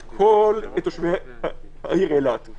את כל תושבי העיר אילת.